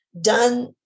done